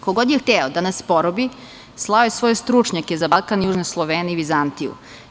Ko god je hteo da nas porobi slao je svoje stručnjake za Balkan, južne Slovene i Vizantiju.